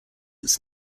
its